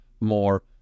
more